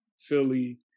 philly